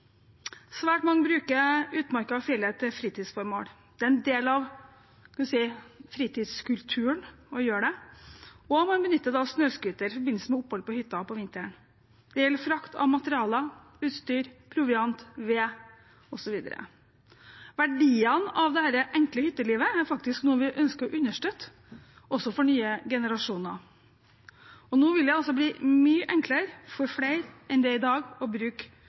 Svært mange bruker utmarka og fjellet til fritidsformål. Det er en del av fritidskulturen å gjøre det, og man benytter da snøscooter i forbindelse med opphold på hytta om vinteren. Det gjelder frakt av materialer, utstyr, proviant, ved, osv. Verdiene av dette enkle hyttelivet er faktisk noe vi ønsker å understøtte, også for nye generasjoner, og nå vil det altså bli mye enklere for flere enn det er i dag,